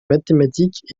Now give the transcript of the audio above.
mathématiques